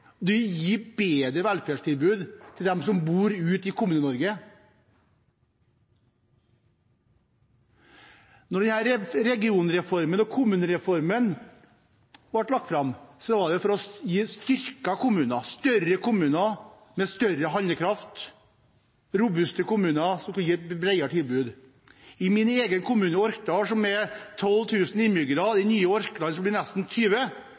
bedre velferdstilbud til dem som bor i Kommune-Norge. Da denne regionreformen og kommunereformen ble lagt fram, var det for å skape sterkere kommuner, større kommuner med større handlekraft, robuste kommuner som kunne gi et bredere tilbud. I min egen hjemkommune, Orkdal, som har 12 000 innbyggere, og i den nye kommunen, Orkland, som vil få nesten 20